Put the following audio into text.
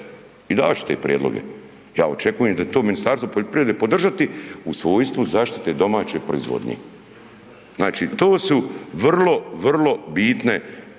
I davat ću te prijedloge. Ja očekujem da će to Ministarstvo poljoprivrede podržati u svojstvu zaštite domaće proizvodnje. Znači, to su vrlo, vrlo bitne stvari